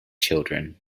children